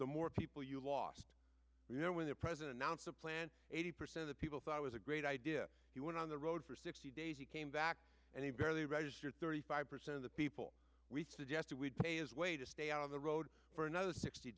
the more people you lost you know when the president announced a plan eighty percent of people thought it was a great idea he went on the road for sixty days he came back and he barely registered thirty five percent of the people we suggested we'd pay is way to stay out of the road for another sixty